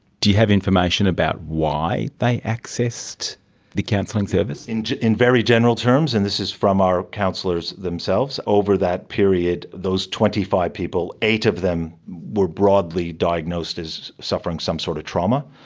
do you have information about why they accessed the counselling service? in in very general terms, and this is from our counsellors themselves, over that period those twenty five people, eight of them were broadly diagnosed as suffering some sort of trauma.